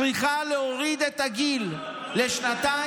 צריכה להוריד את הגיל לשנתיים,